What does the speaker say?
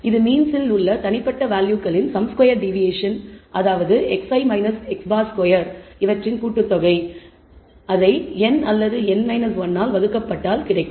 இது மீன்ஸில் உள்ள தனிப்பட்ட வேல்யூகளின் சம் ஸ்கொயர் டிவியேஷன் அதாவது xi x̅2 இவற்றின் கூட்டுத்தொகை n அல்லது n 1 ஆல் வகுக்கப்பட்டால் கிடைக்கும்